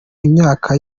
imyaka